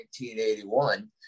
1981